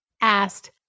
asked